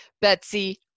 Betsy